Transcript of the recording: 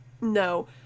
no